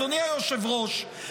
אדוני היושב-ראש,